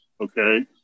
Okay